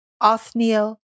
Othniel